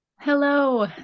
Hello